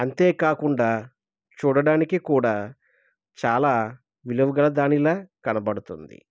అంతేకాకుండా చూడటానికి కూడా చాలా విలువ గల దానిలా కనబడుతుంది